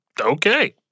Okay